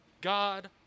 God